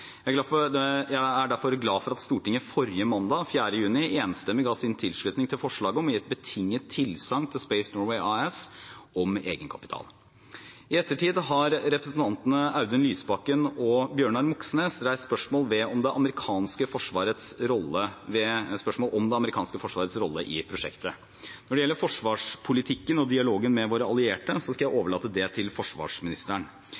Jeg er derfor glad for at Stortinget forrige mandag, den 4. juni, enstemmig ga sin tilslutning til forslaget om å gi et betinget tilsagn til Space Norway AS om egenkapital. I ettertid har representantene Audun Lysbakken og Bjørnar Moxnes reist spørsmål om det amerikanske forsvarets rolle i prosjektet. Når det gjelder forsvarspolitikken og dialogen med våre allierte, skal jeg